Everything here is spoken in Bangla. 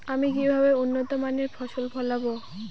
আমি কিভাবে উন্নত মানের ফসল ফলাবো?